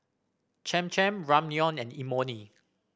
Cham Cham Ramyeon and Imoni